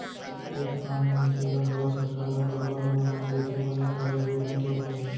एक आम मनसे ल घलौ सरकार ह बरोबर अनुदान देथे बने कारज योजना के होय ले